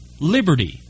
liberty